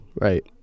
right